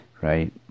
right